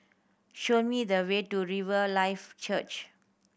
show me the way to Riverlife Church